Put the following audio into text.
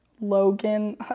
Logan